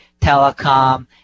telecom